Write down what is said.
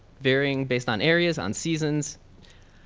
varying based on areas, on seasons,